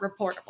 reportable